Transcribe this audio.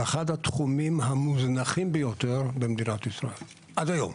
זה אחד התחומים המוזנחים ביותר במדינת ישראל עד היום.